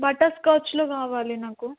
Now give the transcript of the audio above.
బటర్స్కాచ్లో కావాలి నాకు